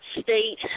state